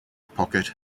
pocket